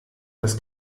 das